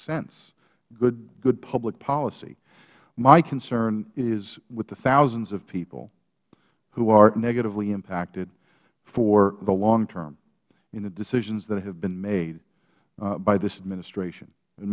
sense good public policy my concern is with the thousands of people who are negatively impacted for the long term in the decisions that have been made by this administration